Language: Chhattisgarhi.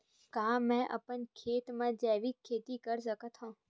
का मैं अपन खेत म जैविक खेती कर सकत हंव?